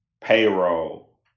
payroll